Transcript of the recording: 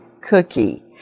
cookie